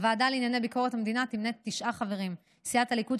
הוועדה לענייני ביקורת המדינה תמנה תשעה חברים: סיעת הליכוד,